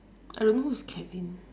I don't know who's kevin